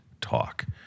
talk